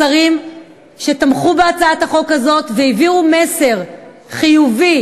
לשרים שתמכו בהצעת החוק הזאת והעבירו מסר חיובי